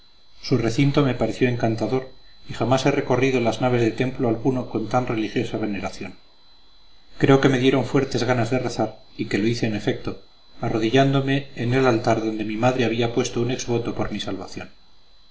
su recinto me pareció encantador y jamás he recorrido las naves de templo alguno con tan religiosa veneración creo que me dieron fuertes ganas de rezar y que lo hice en efecto arrodillándome en el altar donde mi madre había puesto un ex voto por mi salvación